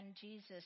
Jesus